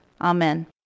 Amen